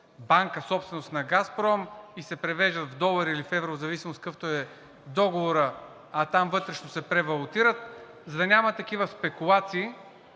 банка, собственост на „Газпром“, и се превеждат в долари или в евро, в зависимост какъвто е договорът, а там вътрешно се превалутират, за да няма такива спекулации,